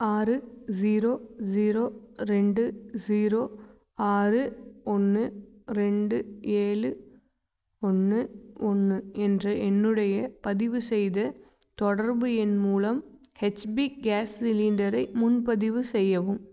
ஆறு zero zero ரெண்டு zero ஆறு ஒன்று ரெண்டு ஏழு ஒன்று ஒன்று என்ற என்னுடைய பதிவு செய்த தொடர்பு எண் மூலம் எச்பி கேஸ் சிலிண்டரை முன்பதிவு செய்யவும்